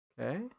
Okay